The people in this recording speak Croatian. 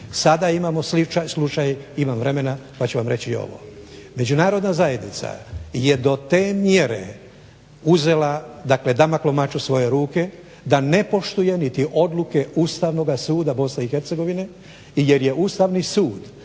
Sada imamo slučaj, imam vremena pa ću vam reći i ovo. Međunarodna zajednica je do te mjere uzela dakle Damoklov mač u svoje ruke da ne poštuje niti odluke Ustavnoga suda BiH jer je Ustavni sud